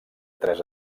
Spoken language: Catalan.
tres